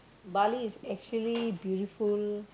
Bali is actually beautiful